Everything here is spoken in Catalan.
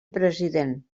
president